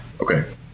Okay